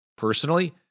Personally